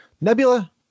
Nebula